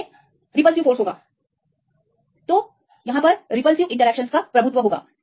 इसमें प्रतिकारक बल होगा अंत में यह प्रतिकारक इंटरेक्शनस द्वारा हावी हो जाएगा